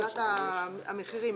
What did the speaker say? שאלת המחירים.